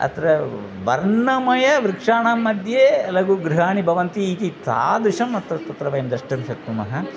अत्र वर्णमय वृक्षाणांमध्ये लघु गृहाणि भवन्ति इति तादृशम् अत्र तत्र वयं द्रष्टुं शक्नुमः